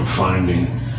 finding